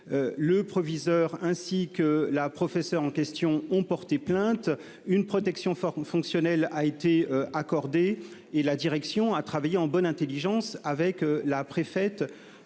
Le proviseur ainsi que la professeure en question ont porté plainte. Une protection fonctionnelle a été accordée et la direction a travaillé en bonne intelligence avec la préfète